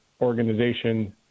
organization